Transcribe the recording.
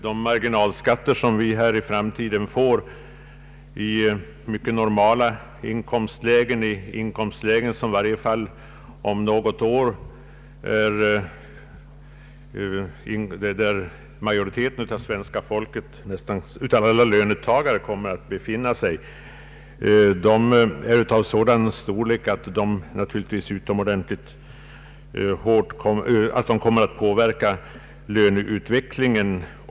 De marginalskatter som vi i framtiden får i mycket normala inkomstlägen — inkomstlägen, i vilka om något år majoriteten av inkomsttagarna kommer att befinna sig — blir av sådan storlek att de i betydande utsträckning kommer att påverka löneutvecklingen.